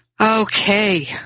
Okay